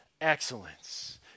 excellence